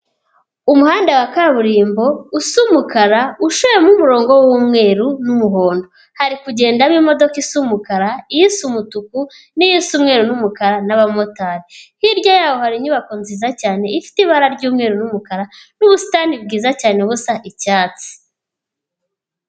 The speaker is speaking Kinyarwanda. Umuhanda wa kaburimbo usa umukara ushimo umurongo w'umweru n'umuhondo. hari kugendamo imodoka isa umukara, isa umutuku, n'isa umweru n'umukara n'abamotari hirya yaho hari inyubako nziza cyane ifite ibara ry'umweru n'umukara n'ubusitani bwiza cyane ubusa icyatsi.